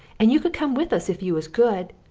and you could come with us if you was good.